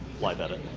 live edit